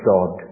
God